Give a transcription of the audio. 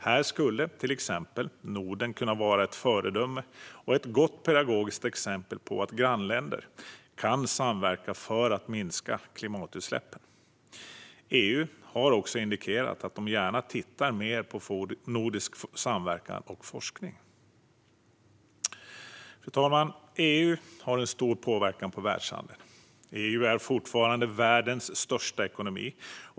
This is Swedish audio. Här skulle exempelvis Norden kunna vara ett föredöme och ett gott pedagogiskt exempel på att grannländer kan samverka för att minska klimatutsläppen. EU har också indikerat att man gärna tittar på nordisk samverkan och forskning. Fru talman! EU har en stor påverkan på världshandeln. EU är fortfarande världens största ekonomi.